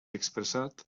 expressat